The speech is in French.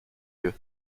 yeux